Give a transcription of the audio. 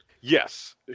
Yes